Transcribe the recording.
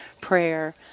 prayer